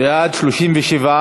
אדוני היושב-ראש,